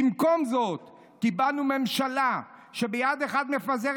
"במקום זאת קיבלנו ממשלה שביד אחת מפזרת